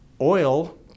Oil